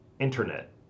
Internet